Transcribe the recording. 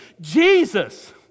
Jesus